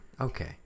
Okay